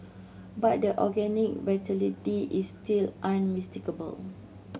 but the organic vitality is still unmistakable